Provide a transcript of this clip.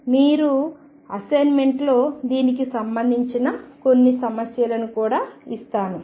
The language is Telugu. మీ అసైన్మెంట్లో దీనికి సంబంధించిన కొన్ని సమస్యలను కూడా ఇస్తాను